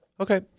okay